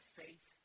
faith